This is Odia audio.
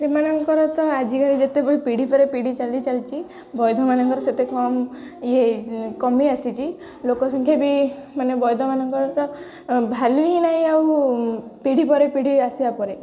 ସେମାନଙ୍କର ତ ଆଜିକାଲି ଯେତେବେଳେ ପିଢ଼ି ପରେ ପିଢ଼ି ଚାଲି ଚାଲିଛି ବୈଦ ମାନଙ୍କର ସେତେ କମ୍ ଇ କମି ଆସିଛି ଲୋକ ସଂଖ୍ୟା ବି ମାନେ ବୈଦ ମାନଙ୍କର ଭ୍ୟାଲୁ ହିଁ ନାହିଁ ଆଉ ପିଢ଼ି ପରେ ପିଢ଼ି ଆସିବା ପରେ